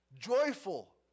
joyful